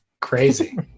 Crazy